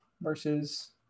versus